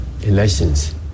elections